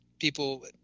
people